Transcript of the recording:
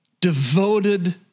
devoted